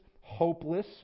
hopeless